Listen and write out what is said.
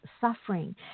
suffering